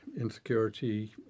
insecurity